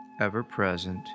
ever-present